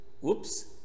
whoops